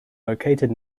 located